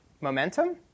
momentum